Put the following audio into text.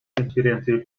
конференции